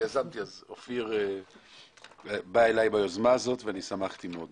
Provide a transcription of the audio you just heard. אופיר בא אלי ביוזמה הזאת ואני שמחתי מאוד.